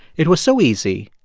it was so easy,